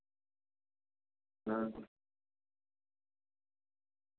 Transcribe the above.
हां